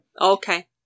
Okay